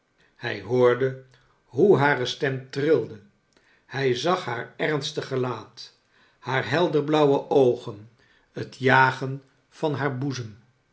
hij hoorde hoe hare stem trilde hij zag haar ernstig gelaat haar helderblauwe oogen het jagen van haar boezem